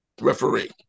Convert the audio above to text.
Referee